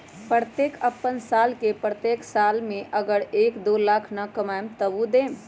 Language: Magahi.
हम अपन साल के प्रत्येक साल मे अगर एक, दो लाख न कमाये तवु देम?